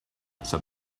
said